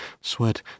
sweat